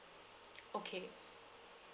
okay